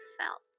felt